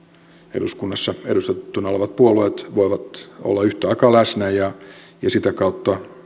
eduskunnassa edustettuna olevat puolueet voivat olla yhtä aikaa läsnä ja ja sitä kautta